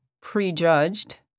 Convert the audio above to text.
prejudged